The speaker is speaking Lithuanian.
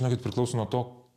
žinokit priklauso nuo to